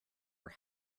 are